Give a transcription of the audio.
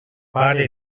pare